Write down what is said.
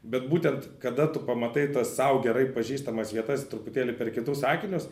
bet būtent kada tu pamatai tas sau gerai pažįstamas vietas truputėlį per kitus akinius